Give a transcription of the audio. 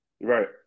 right